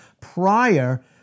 prior